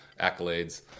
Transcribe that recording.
accolades